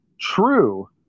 true